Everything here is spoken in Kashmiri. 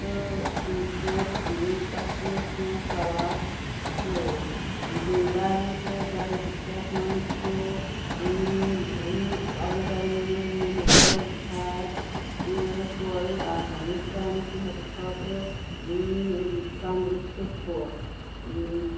تہٕ بیٚیہِ ژوٚٹ بیٚیہِ تَتھ سۭتۍ کینٛہہ سَلاد سۭتۍ بیٚیہِ بیلَنسٕڑ ڈایِٹَس منٛز چھُ وِٹَے مِنٕز مِنرَلٕز فیٹ سورُے آسان یُس سانہِ صحتہٕ خٲطرٕ تَندرُستہٕ چھُ